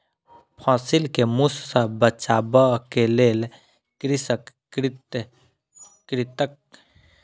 फसिल के मूस सॅ बचाबअ के लेल कृषक कृंतकनाशक के उपयोग केलक